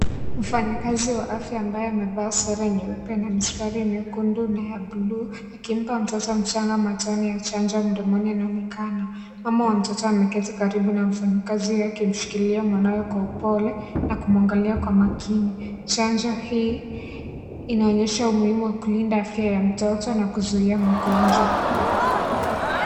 Mfanyikazi wa afya ambaye amevaa sare nyeupe na mistari nyekundu na bluu akimpa mtoto mchanga matone ya chanjo mdomoni anaonekana. Mama wa mtoto ameketi karibu na mfanyikazi wake kushikilia mwanawe Kwa upole na kumwangalia Kwa makini. Chanjo hii inaonyesha umuhimu wa kulinda afya ya mtoto na kuzuia magonjwa.